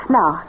Now